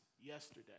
yesterday